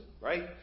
right